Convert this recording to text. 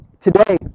Today